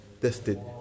tested